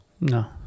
No